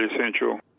essential